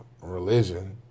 religion